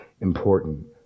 important